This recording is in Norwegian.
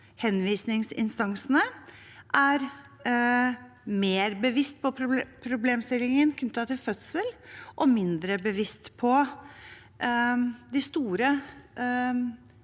henvisningsinstansene er mer bevisst på problemstillingen knyttet til fødsel, og mindre bevisst på de store,